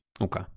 Okay